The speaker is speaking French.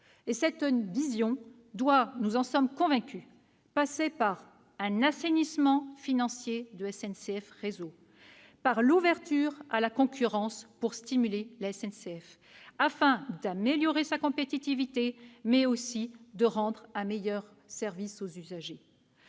Cette vision doit, nous en sommes convaincus, passer par un assainissement financier de SNCF Réseau et par l'ouverture à la concurrence pour stimuler la SNCF, afin d'améliorer sa compétitivité, mais aussi de rendre un meilleur service aux usagers.